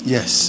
Yes